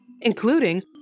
including